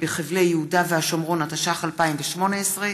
התשע''ח 2018,